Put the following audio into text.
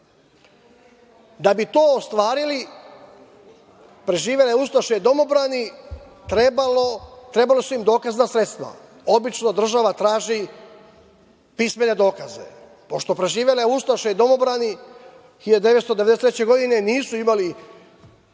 bi to ostvarili, preživele ustaše i domobrani, trebala su im dokazna sredstva, obično država traži pismene dokaze. Pošto preživele ustaše i domobrani 1993. godine nisu imali